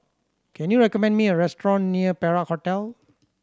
can you recommend me a restaurant near Perak Hotel